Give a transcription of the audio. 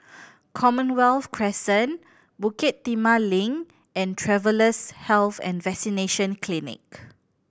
Commonwealth Crescent Bukit Timah Link and Travellers' Health and Vaccination Clinic